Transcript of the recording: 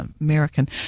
American